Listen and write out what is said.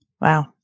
Wow